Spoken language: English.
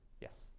Yes